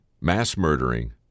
mass-murdering